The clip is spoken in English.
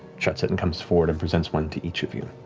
shuts it, and comes forward and presents one to each of you.